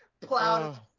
Plowed